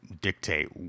dictate